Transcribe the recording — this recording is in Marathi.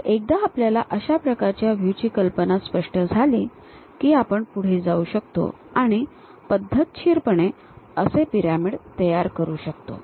तर एकदा आपल्याला अशा प्रकारच्या व्ह्यू ची कल्पना स्पष्ट झाली की आपण पुढे जाऊ शकतो आणि पद्धतशीरपणे असे पिरॅमिड तयार करू शकतो